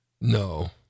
No